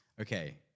Okay